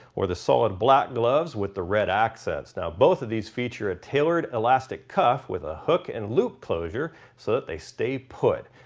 or the solid black gloves with the red accents. now both of these feature a tailored elastic cuff with a hook and loop closure so that they stay put.